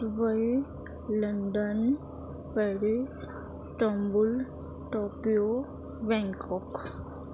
Dubai London Paris Istanbul Tokyo Bangkok